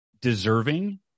deserving